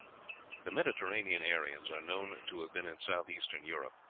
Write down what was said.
the mediterranean aryans are known to have been in southeastern europe,